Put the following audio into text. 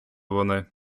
вони